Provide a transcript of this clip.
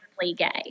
gay